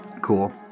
Cool